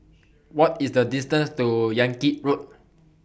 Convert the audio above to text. What IS The distance to Yan Kit Road